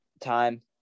time